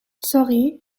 sorry